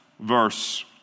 verse